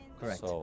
Correct